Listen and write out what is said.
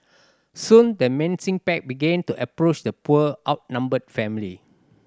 soon the menacing pack began to approach the poor outnumbered family